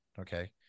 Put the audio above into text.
okay